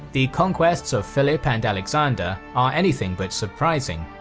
the conquests of philip and alexander are anything but surprising,